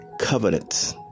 covenants